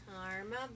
Karma